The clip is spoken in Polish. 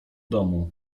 domu